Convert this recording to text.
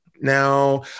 Now